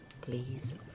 Please